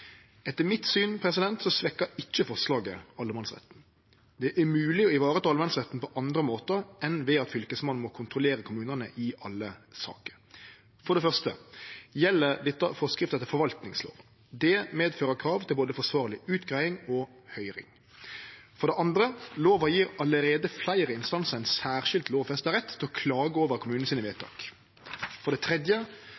Etter mitt syn svekkjer ikkje forslaget allemannsretten. Det er mogleg å vareta allemannsretten på andre måtar enn ved at Fylkesmannen må kontrollere kommunane i alle saker. For det første gjeld dette forskrifta til forvaltingslova. Det medfører krav til både forsvarleg utgreiing og høyring. For det andre gjev lova allereie fleire instansar ein særskild, lovfesta rett til å klage over